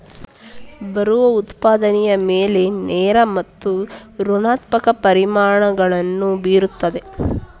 ಬರವು ಉತ್ಪಾದನೆಯ ಮೇಲೆ ನೇರ ಮತ್ತು ಋಣಾತ್ಮಕ ಪರಿಣಾಮಗಳನ್ನು ಬೀರುತ್ತದೆ